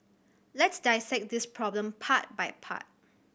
let's dissect this problem part by part